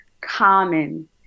common